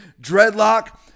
dreadlock